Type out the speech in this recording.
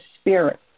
spirit